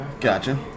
Gotcha